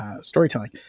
storytelling